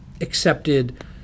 accepted